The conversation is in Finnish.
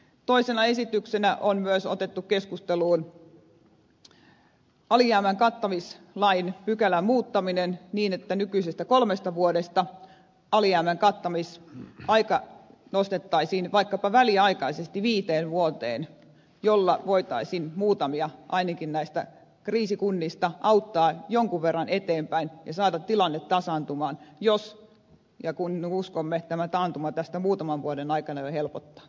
toisena esityksenä on myös otettu keskusteluun alijäämän kattamislain pykälän muuttaminen niin että nykyisestä kolmesta vuodesta alijäämän kattamisaika nostettaisiin vaikkapa väliaikaisesti viiteen vuoteen millä voitaisiin ainakin muutamia näistä kriisikunnista auttaa jonkun verran eteenpäin ja saada tilanne tasaantumaan jos ja kun uskomme että tämä taantuma tästä muutaman vuoden aikana jo helpottaa